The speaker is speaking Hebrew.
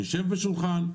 אנחנו מוכנים לשבת בשולחן,